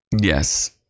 Yes